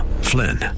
Flynn